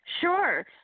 Sure